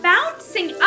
Bouncing